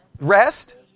rest